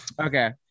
Okay